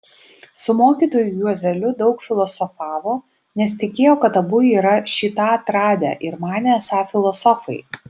su mokytoju juozeliu daug filosofavo nes tikėjo kad abu yra šį tą atradę ir manė esą filosofai